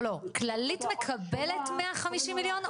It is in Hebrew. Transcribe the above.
כללית מקבלת 150 מיליון,